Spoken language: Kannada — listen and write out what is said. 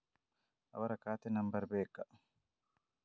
ಅವರ ಖಾತೆ ನಂಬರ್ ಬೇಕಾ?